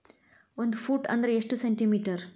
ಒಂದು ಫೂಟ್ ಅಂದ್ರ ಎಷ್ಟು ಸೆಂಟಿ ಮೇಟರ್?